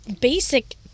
basic